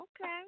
Okay